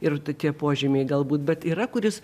ir tokie požymiai galbūt bet yra kuris